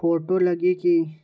Photo लगी कि?